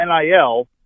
NIL